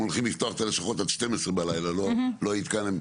או שזה דורש איזושהי טכנולוגיה שלא קיימת שם.